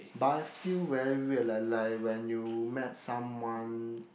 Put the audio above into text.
but I feel very weird leh like when you met someone